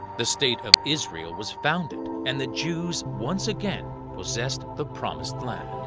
the state of israel was founded, and the jews once again possessed the promised land.